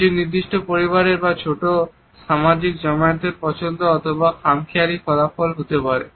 কিছু নির্দিষ্ট পরিবারের বা ছোট সামাজিক জমায়েতের পছন্দ অথবা খামখেয়ালির ফলাফল হতে পারে